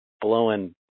blowing